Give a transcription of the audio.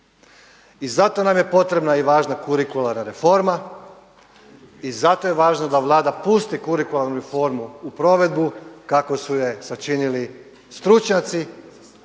I zato nam je potrebna i važna kurikuralna reforma i zato je važno da Vlada pusti kurikuralnu reformu u provedbu kako su je sačinili stručnjaci,